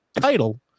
title